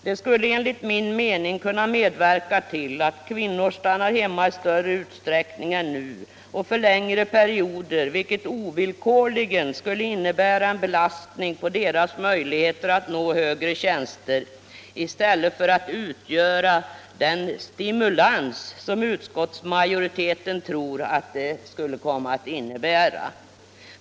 Detta skulle emellertid enligt min mening kunna bidra till att kvinnor stannar hemma i större utsträckning än nu och för längre perioder, vilket ovillkorligen skulle innebära en belastning på deras möjlighet att nå högre tjänster i stället för att utgöra den stimulans som utskottsmajoriteten tror det skulle komma att innebära.